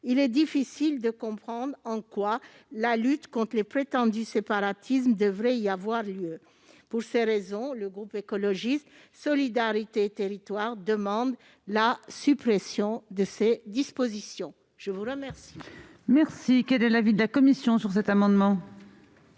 Il est difficile de comprendre en quoi la lutte conte les prétendus séparatismes devrait y être menée. Pour ces raisons, le groupe Écologiste-Solidarité et Territoires demande la suppression de ces dispositions. Quel